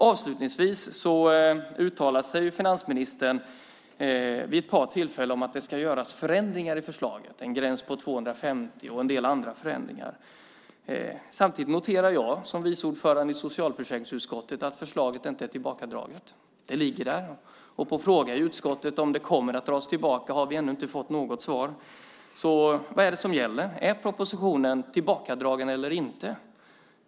Avslutningsvis: Finansministern uttalar sig vid ett par tillfällen om att det ska göras förändringar i förslaget. Det ska införas en gräns på 250 och en del andra förändringar. Samtidigt noterar jag som vice ordförande i socialförsäkringsutskottet att förslaget inte är tillbakadraget. Det ligger där. På en fråga från utskottet om det kommer att dras tillbaka har vi ännu inte fått något svar. Vad är det som gäller? Är propositionen tillbakadragen eller inte?